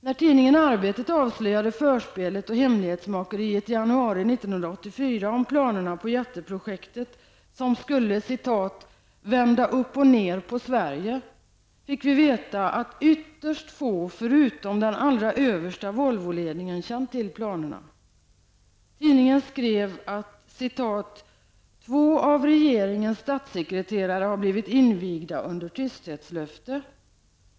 När tidningen Arbetet avslöjade förspelet och hemlighetsmakeriet i januari 1984 beträffande planera på det här jätteprojektet, som skulle ''vända upp och ner på Sverige'', fick vi veta att ytterst få -- förutom allra högsta Volvoledningen -- hade känt till planerna. Tidningen skrev: ''Två av regeringens statssekreterare har blivit invigda under tysthetslöfte.''